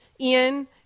Ian